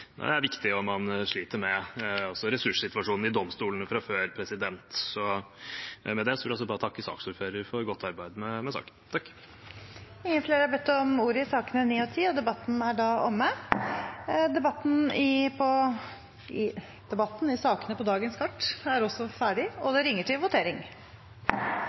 det lar seg gjøre til neste budsjettproposisjon. Det er viktig, og man sliter med ressurssituasjonen i domstolene fra før. Med det vil jeg også takke saksordføreren for godt arbeid med saken. Flere har ikke bedt om ordet til sakene nr. 9 og 10. Stortinget er da klar til å gå til votering. Under debatten har Marit Arnstad satt frem et forslag på vegne av Senterpartiet og